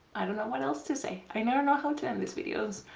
i don't know what else to say i never know how to end these videos.